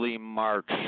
march